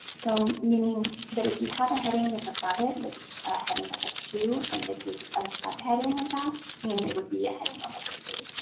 so meaning that if you have a heading that's above it that's heading level two and this is a subheading of that, then and it would be a heading level three.